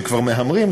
כשכבר מהמרים,